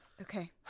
Okay